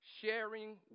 sharing